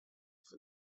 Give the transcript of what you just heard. for